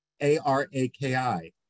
A-R-A-K-I